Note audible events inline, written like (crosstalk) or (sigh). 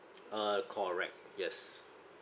(noise) uh correct yes